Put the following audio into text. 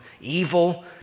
evil